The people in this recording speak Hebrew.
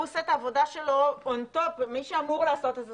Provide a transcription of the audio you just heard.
הוא עושה את העבודה שלו און טופ ומי שאמור לעשות את זה,